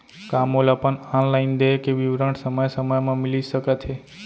का मोला अपन ऑनलाइन देय के विवरण समय समय म मिलिस सकत हे?